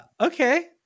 okay